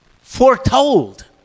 foretold